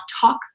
talk